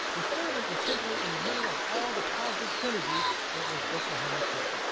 the skirvin is simply in the middle of all the positive synergy that is oklahoma city.